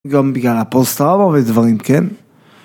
גם בגלל הפוסט-טראומה ודברים, כן?